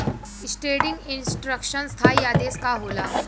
Standing instruction स्थाई आदेश का होला?